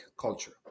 culture